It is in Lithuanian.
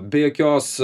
be jokios